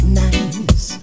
nice